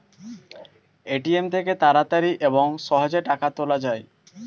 ATM থেকে তাড়াতাড়ি এবং সহজে টাকা তোলা যায়